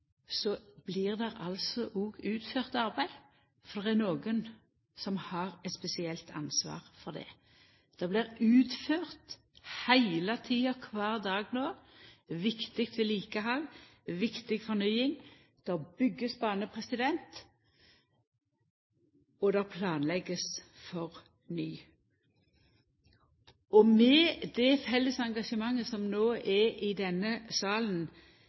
utført arbeid. For det er nokon som har eit spesielt ansvar for det. Det blir heile tida, kvar dag, utført viktig vedlikehald, viktig fornying. Ein byggjer, og ein planlegg for ny bane. Med det felles engasjementet som no er i denne salen